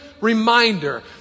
reminder